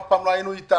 אף פעם לא היינו איתם.